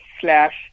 slash